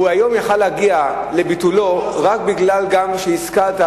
והוא יכול היה להגיע היום לביטולו רק משום שגם השכלת,